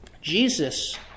Jesus